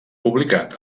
publicat